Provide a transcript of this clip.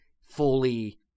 fully